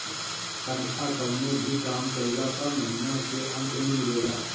तनखा कवनो भी काम कइला पअ महिना के अंत में मिलेला